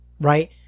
right